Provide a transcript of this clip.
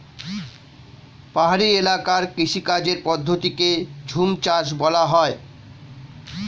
পাহাড়ি এলাকার কৃষিকাজের পদ্ধতিকে ঝুমচাষ বলা হয়